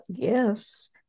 gifts